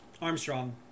Armstrong